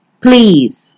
Please